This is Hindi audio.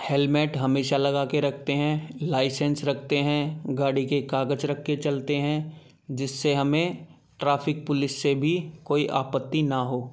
हेलमेट हमेशा लगा के रखते हैं लाइसेंस रखते हैं गाड़ी के कागज़ रख कर चलते हैं जिससे हमें ट्राफिक पुलिस से भी कोई आपत्ति न हो